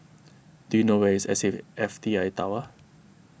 do you know where is S A fee F T I Tower